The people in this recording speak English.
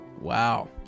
Wow